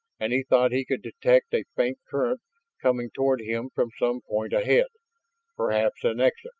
and he thought he could detect a faint current coming toward him from some point ahead perhaps an exit